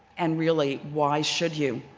and really why should you?